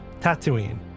Tatooine